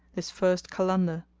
this first kalandar,